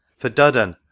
for duddon,